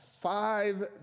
five